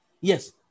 yes